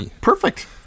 perfect